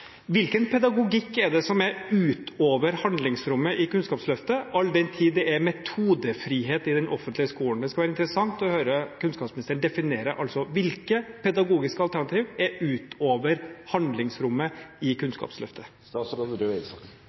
Hvilken pedagogikk er det som er utover handlingsrommet i Kunnskapsløftet, all den tid det er metodefrihet i den offentlige skolen? Det skal bli interessant å høre kunnskapsministeren definere hvilke pedagogiske alternativ som er utover handlingsrommet i Kunnskapsløftet.